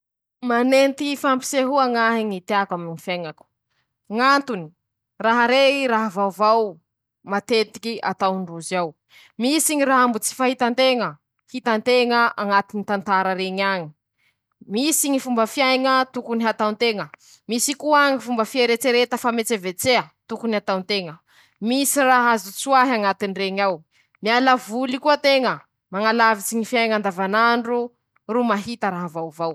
Ñy loko mangamanga maiky: -Midika alahelo i amiko ;ñy raha lafa maiky zao e,tsy hitanao ñy tany hombanao, ze ombanao maiky avao, ñy raha avy an-dohako ao voalohany :ñ'andro haly tsy misy jiro, maiky mangokoky, tsy hitanao ñ'ombà; fe raha rey hoy roze, midika fahendrea, midika fandiniha, no fahafantara ñy raha miajary.